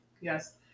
Yes